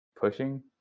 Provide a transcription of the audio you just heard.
pushing